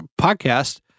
podcast